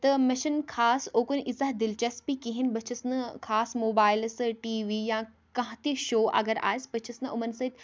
تہٕ مےٚ چھِ نہٕ خاص اوٚکُن ییٖژاہ دِلچَسپی کِہیٖنۍ بہٕ چھَس نہٕ خاص موبایلہٕ سۭتۍ ٹی وی یا کانٛہہ تہِ شو اگر آسہِ بہٕ چھَس نہٕ یِمَن سۭتۍ